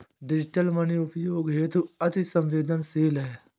digital money उपयोग हेतु अति सवेंदनशील है